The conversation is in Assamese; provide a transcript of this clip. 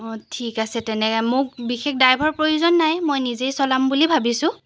অঁ ঠিক আছে তেনেকৈ মোক বিশেষ ড্ৰাইভাৰ প্ৰয়োজন নাই মই নিজেই চলাম বুলি ভাবিছোঁ